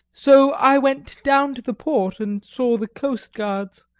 so i went down to the port and saw the coastguards,